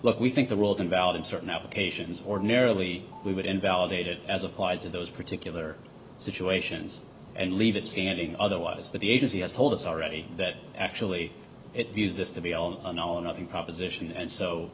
look we think the rules invalid in certain applications ordinarily we would invalidate it as applied to those particular situations and leave it standing otherwise but the agency has told us already that actually it views this to be on an all or nothing proposition and so